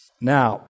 Now